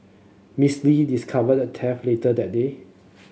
Miss Lee discovered the theft later that day